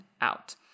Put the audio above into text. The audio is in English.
out